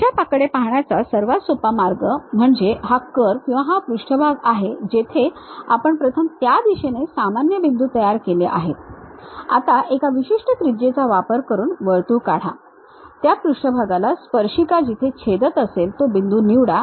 त्याच्याकडे पाहण्याचा सर्वात सोपा मार्ग म्हणजे हा कर्व किंवा हा पृष्ठभाग आहे जेथे आपण प्रथम त्या दिशेने सामान्य बिंदू तयार केले आहेत आता एका विशिष्ट त्रिज्येचा वापर करून वर्तुळ काढा त्या पृष्ठभागाला स्पर्शिका जिथे छेदत असेल तो बिंदू निवडा